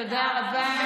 תודה רבה.